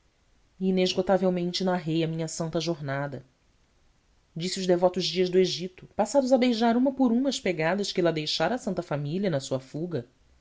inesgotavelmente narrei a minha santa jornada disse os devotos dias do egito passados a beijar uma por uma as pegadas que lá deixara a santa família na sua fuga